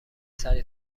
سریع